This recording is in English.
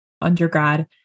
undergrad